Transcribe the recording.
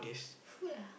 food ah